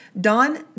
Don